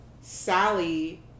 Sally